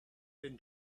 been